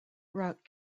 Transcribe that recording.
rock